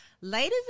Ladies